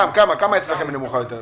בכמה אצלכם היא נמוכה יותר?